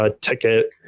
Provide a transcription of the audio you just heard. ticket